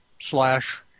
slash